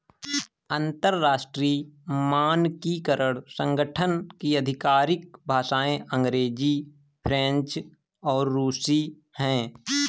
अंतर्राष्ट्रीय मानकीकरण संगठन की आधिकारिक भाषाएं अंग्रेजी फ्रेंच और रुसी हैं